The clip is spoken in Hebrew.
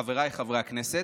חבריי חברי הכנסת,